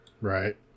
Right